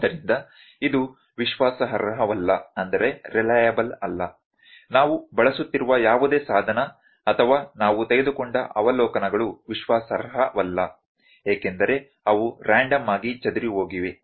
ಆದ್ದರಿಂದ ಇದು ವಿಶ್ವಾಸಾರ್ಹವಲ್ಲ ನಾವು ಬಳಸುತ್ತಿರುವ ಯಾವುದೇ ಸಾಧನ ಅಥವಾ ನಾವು ತೆಗೆದುಕೊಂಡ ಅವಲೋಕನಗಳು ವಿಶ್ವಾಸಾರ್ಹವಲ್ಲ ಏಕೆಂದರೆ ಅವು ರ್ಯಾಂಡಮ್ ಆಗಿ ಚದುರಿಹೋಗಿವೆ